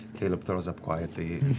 caleb throws up quietly